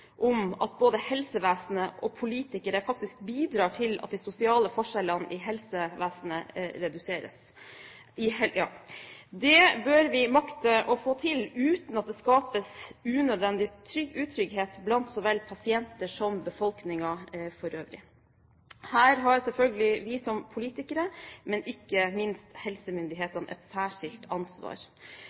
om at både helsevesenet og politikere faktisk bidrar til at de sosiale forskjellene i helsevesenet reduseres. Det bør vi makte å få til uten at det skapes unødvendig utrygghet blant så vel pasienter som befolkningen for øvrig. Her har selvfølgelig vi som politikere, men ikke minst helsemyndighetene et særskilt ansvar.